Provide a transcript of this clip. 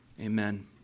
amen